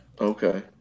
Okay